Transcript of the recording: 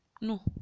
No